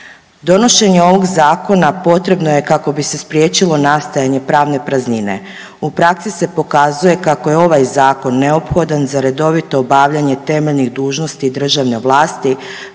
Donošenje ovog zakona potrebno je kako bi se spriječilo nastajanje pravne praznine. U praksi se pokazuje kako je ovaj zakon neophodan za redovito obavljanje temeljnih dužnosti državne vlasti